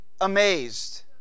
amazed